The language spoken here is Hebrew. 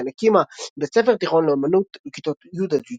וכן הקימה בית ספר תיכון לאמנות - כיתות י'- י"ב,